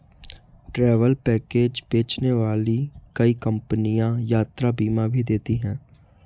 travel package बेचने वाली कई कंपनियां यात्रा बीमा भी देती हैं